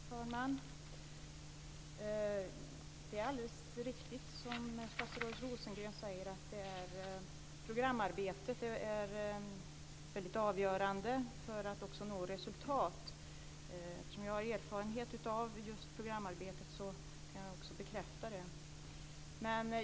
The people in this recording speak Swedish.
Fru talman! Det är alldeles riktigt som statsrådet Rosengren säger, nämligen att programarbetet är avgörande för att nå resultat. Jag har erfarenhet av just programarbetet och kan därför bekräfta det.